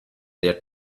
their